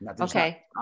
Okay